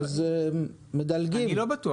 אני לא בטוח.